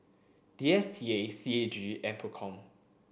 D S T A C A G and PROCOM